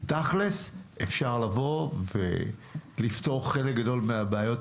תכל'ס, אפשר לפתור חלק גדול מהבעיות.